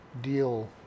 deal